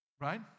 right